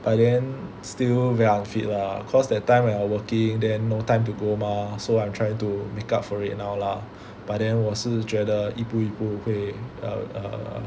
but then still very unfit lah cause that time when I working then no time to go mah so I'm trying to make up for it now lah but then 我是觉得一步一步会 err err err